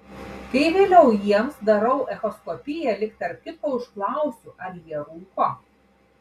kai vėliau jiems darau echoskopiją lyg tarp kitko užklausiu ar jie rūko